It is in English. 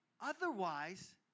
Otherwise